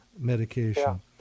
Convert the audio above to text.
medication